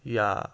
یا